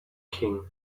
king